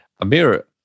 Amir